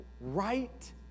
right